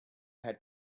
had